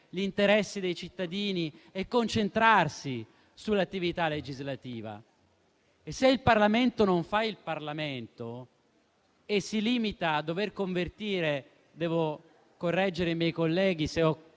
gli interessi dei cittadini e concentrarsi sull'attività legislativa. Il Parlamento non fa il Parlamento e si limita a dover convertire i decreti-legge. Qui devo correggere i